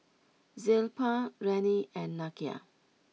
Zilpah Rennie and Nakia